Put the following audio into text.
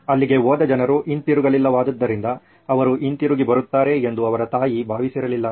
ಅಲ್ಲಿಗೆ ಹೋದ ಜನರು ಹಿಂತಿರುಗಲಿಲ್ಲವಾದ್ದರಿಂದ ಅವರು ಹಿಂತಿರುಗಿ ಬರುತ್ತಾರೆ ಎಂದು ಅವರ ತಾಯಿ ಭಾವಿಸಿರಲಿಲ್ಲ